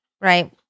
right